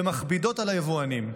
שמכבידות על היבואנים.